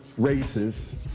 Races